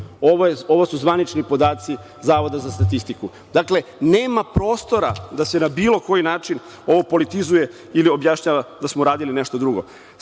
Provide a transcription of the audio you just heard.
Ovo su zvanični podaci Zavoda za statistiku. Dakle, nema prostora da se na bilo koji način ovo politizuje ili objašnjava da smo radili nešto drugo.